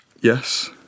Yes